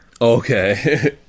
Okay